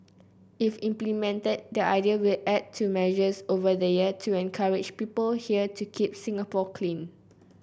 if implemented the idea will add to measures over the years to encourage people here to keep Singapore clean